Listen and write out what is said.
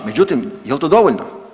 Međutim, jel to dovoljno?